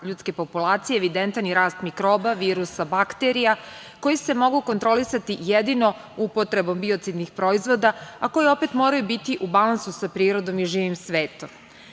ljudske populacije evidentan i rast mikroba, virusa, bakterija koji se mogu kontrolisati jedinio upotrebom biocidnih proizvoda, a koji opet moraju biti u balansu sa prirodom i živim svetom.